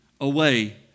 away